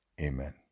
Amen